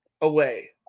away